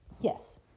yes